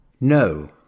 No